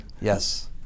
Yes